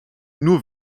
nur